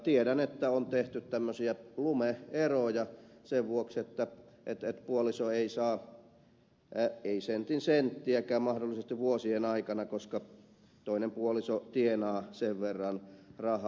tiedän että on tehty tämmöisiä lume eroja sen vuoksi että puoliso ei mahdollisesti saa sentin senttiäkään vuosien aikana koska toinen puoliso tienaa sen verran rahaa